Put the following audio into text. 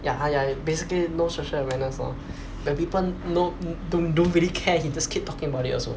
ya ya ya basically no social awareness lor when people know don't don't really care he just keep talking about it also